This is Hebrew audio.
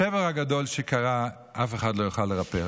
את השבר הגדול שקרה אף אחד לא יוכל לרפא.